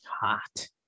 Hot